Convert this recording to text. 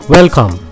Welcome